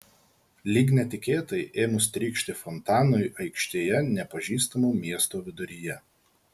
lyg netikėtai ėmus trykšti fontanui aikštėje nepažįstamo miesto viduryje